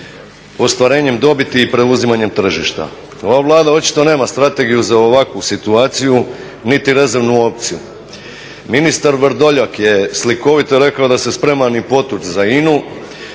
Ova Vlada očito nema strategiju za ovakvu situaciju niti rezervnu opciju. Ministar Vrdoljak je slikovito rekao da se spreman i potući za INA-u